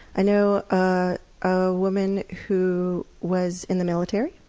i know a ah woman who was in the military,